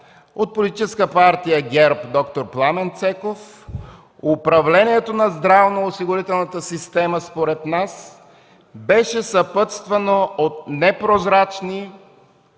от Политическа Партия ГЕРБ д-р Пламен Цеков управлението на здравно-осигурителната система, според нас, беше съпътствано от непрозрачни,